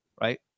right